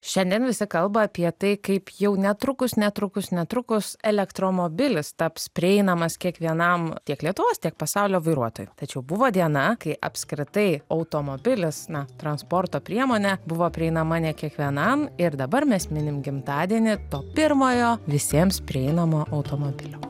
šiandien visi kalba apie tai kaip jau netrukus netrukus netrukus elektromobilis taps prieinamas kiekvienam tiek lietuvos tiek pasaulio vairuotojui tačiau buvo diena kai apskritai automobilis na transporto priemonė buvo prieinama ne kiekvienam ir dabar mes minim gimtadienį to pirmojo visiems prieinamo automobilio